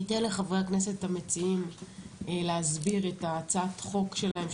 אני אתן לחברי הכנסת המציעים להסביר את הצעת החוק שלהם,